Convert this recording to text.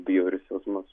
bjaurius jausmus